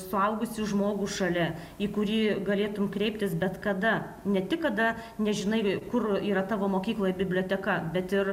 suaugusį žmogų šalia į kurį galėtum kreiptis bet kada ne tik kada nežinai kur yra tavo mokykloj biblioteka bet ir